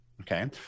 Okay